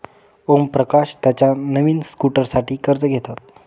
ओमप्रकाश त्याच्या नवीन स्कूटरसाठी कर्ज घेतात